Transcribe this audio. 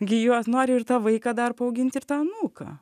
gi juos nori ir tą vaiką dar paauginti ir tą anūką